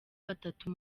batatu